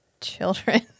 children